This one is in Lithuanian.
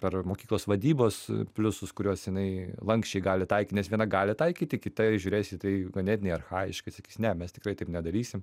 per mokyklos vadybos pliusus kuriuos jinai lanksčiai gali taikyt nes viena gali taikyti kita žiūrės į tai ganėtinai archajiškai sakys ne mes tikrai taip nedarysim